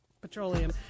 Petroleum